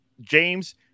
James